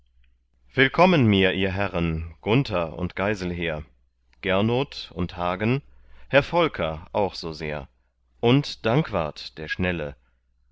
willkommen mir ihr herren gunther und geiselher gernot und hagen herr volker auch so sehr und dankwart der schnelle